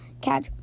catch